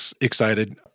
excited